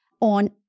on